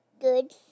good